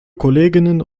kolleginnen